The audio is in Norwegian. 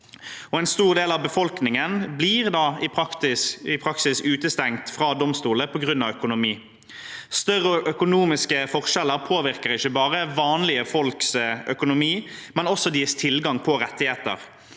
En stor del av befolkningen blir da i praksis utestengt fra domstolene på grunn av økonomi. Større økonomiske forskjeller påvirker ikke bare vanlige folks økonomi, men også deres tilgang på rettigheter.